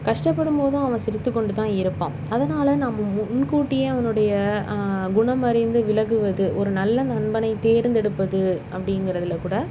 கஷ்டப்படும் போதும் அவன் சிரித்துக்கொண்டு தான் இருப்பான் அதனால் நாம் முன் முன் முன் கூட்டியே அவனுடைய குணம் அறிந்து விலகுவது ஒரு நல்ல நண்பனை தேர்ந்தெடுப்பது அப்படிங்கிறதுல கூட